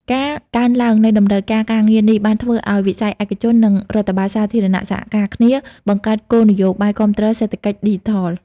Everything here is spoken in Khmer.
ការកើនឡើងនៃតម្រូវការការងារនេះបានធ្វើឱ្យវិស័យឯកជន និងរដ្ឋបាលសាធារណៈសហការគ្នាបង្កើតគោលនយោបាយគាំទ្រសេដ្ឋកិច្ចឌីជីថល។